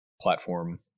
platform